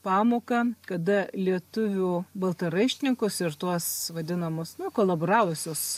pamoką kada lietuvių baltaraištininkus ir tuos vadinamus nu kolaboravusius